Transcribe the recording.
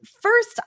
first